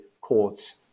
courts